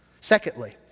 Secondly